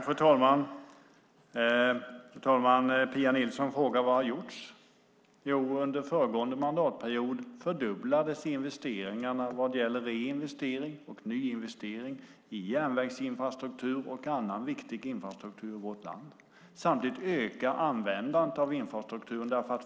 Fru talman! Pia Nilsson frågar vad som har gjorts. Under föregående mandatperiod fördubblades investeringarna vad gäller reinvestering och nyinvestering i järnvägsinfrastruktur och annan viktig infrastruktur i vårt land. Samtidigt ökar användandet av infrastrukturen.